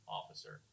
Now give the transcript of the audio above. officer